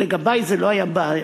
לגבי זה לא היה בעייתי.